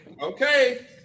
Okay